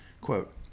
Quote